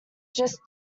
just